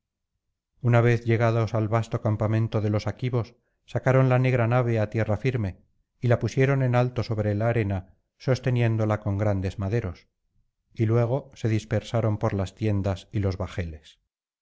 una vez llegados al vasto campamento de los aquivos sacaron la negra nave á tierra firme y la pusieron en alto sobre la arena sosteniéndola con grandes maderos y luego se dispersaron por las tiendas y los bajeles